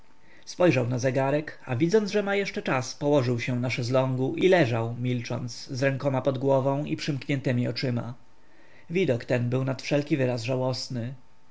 spojrzał na zegarek a widząc że ma jeszcze czas położył się na szeslągu i leżał milcząc z rękoma pod głową i przymkniętemi oczyma widok ten był nad wszelki wyraz żałosny